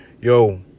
Yo